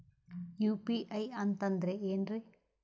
UPI ಅಂತಂದ್ರೆ ಏನ್ರೀ?